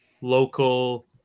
local